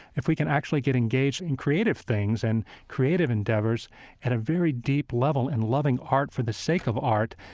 if we can actually get engaged in creative things and creative endeavors in and a very deep level and loving art for the sake of art,